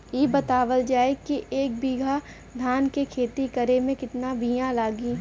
इ बतावल जाए के एक बिघा धान के खेती करेमे कितना बिया लागि?